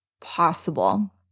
possible